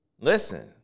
listen